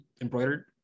embroidered